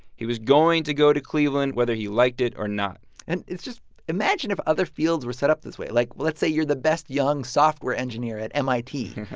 he was going to go to cleveland whether he liked it or not and just imagine if other fields were set up this way. like, let's say you're the best young software engineer at mit.